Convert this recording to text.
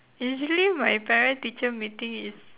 basically my parent teacher meeting is